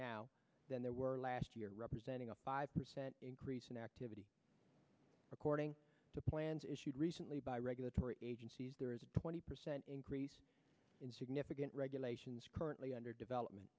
now than there were last year representing a five percent increase in activity according to plans issued recently by regulatory agencies there is a twenty percent increase in significant regulations currently under development